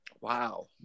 Wow